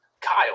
Kyle